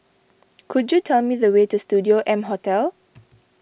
could you tell me the way to Studio M Hotel